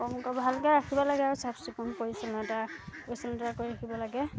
কমকৈ ভালকৈ ৰাখিব লাগে আৰু চাফ চিকুণ কৰি পৰিচ্ছন্নতা পৰিচ্ছন্নতা কৰি ৰাখিব লাগে